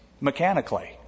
mechanically